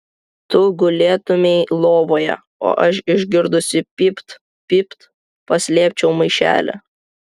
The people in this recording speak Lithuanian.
tu gulėtumei lovoje o aš išgirdusi pypt pypt paslėpčiau maišelį